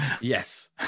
yes